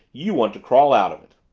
you want to crawl out of it.